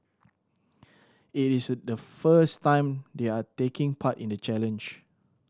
it is the first time they are taking part in the challenge